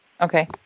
Okay